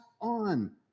on